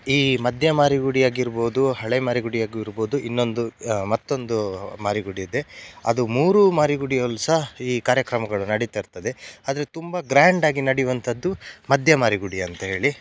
ಈ ಮದ್ಯ ಮಾರಿಗುಡಿ ಆಗಿರ್ಬೋದು ಹಳೆ ಮಾರಿಗುಡಿ ಆಗಿರ್ಬೋದು ಇನ್ನೊಂದು ಮತ್ತೊಂದೂ ಮಾರಿಗುಡಿ ಇದೆ ಅದು ಮೂರೂ ಮಾರಿಗುಡಿಯಲ್ಲೂ ಸಹ ಈ ಕಾರ್ಯಕ್ರಮಗಳು ನಡಿತಾ ಇರ್ತದೆ ಆದರೆ ತುಂಬ ಗ್ರ್ಯಾಂಡಾಗಿ ನಡೆವಂಥದ್ದು ಮದ್ಯ ಮಾರಿಗುಡಿ ಅಂಥೇಳಿ